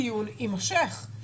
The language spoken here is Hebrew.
הדיון יימשך.